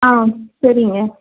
ஆ சரிங்க